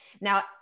now